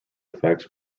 effects